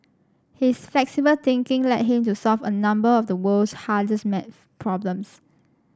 his flexible thinking led him to solve a number of the world's hardest maths problems